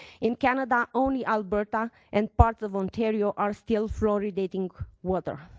in canada, only alberta and parts of ontario are still fluoridating water.